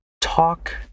talk